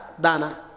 dana